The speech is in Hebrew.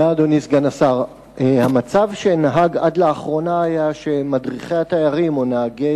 חבר הכנסת אורי אריאל שאל את שר הביטחון ביום י"ג בטבת